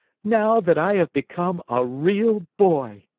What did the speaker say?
now that i have become a real boy!